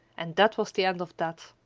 and that was the end of that.